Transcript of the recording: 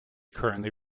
currently